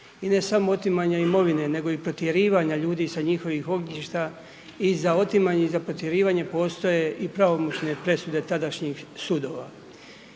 I ne samo otimanja imovine nego i protjerivanje ljudi sa njihov ognjišta i za otimanje i za protjerivanje postoje i pravomoćne presude tadašnjih sudova.